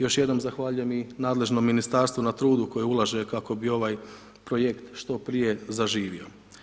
Još jednom zahvaljujem i nadležnom Ministarstvu na trudu koje ulaže kako bi ovaj Projekt što prije zaživio.